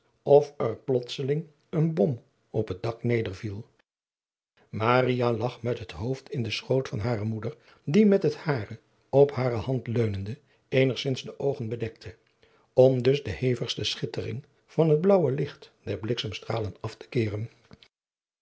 of er plotseling een bom op het dak nederviel maria lag met het hoofd in den schoot van hare moeder die met het hare op hare hand leunende eenigzins de oogen bedekte om dus de hevigste schittering van het blaauwe licht der bliksemstralen af te keeren